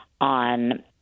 on